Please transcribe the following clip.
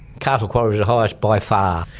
castle quarries was the highest by far.